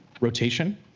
rotation